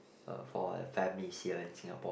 uh for families here in Singapore